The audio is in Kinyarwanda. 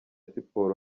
siporo